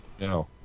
No